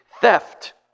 theft